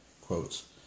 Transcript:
quotes